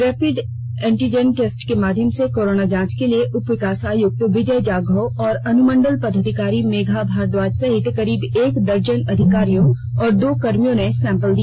rapid antigen test के माध्यम से कोरोना जांच के लिए उप विकास आयुक्त विजया जाधव और अनुमंडल पदाधिकारी मेघा भारद्वाज सहित करीब एक दर्जन अधिकारियों और दो कर्मियों ने सैंपल दिया